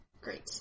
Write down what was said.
Great